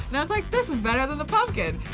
and i was like, this is better than the pumpkin.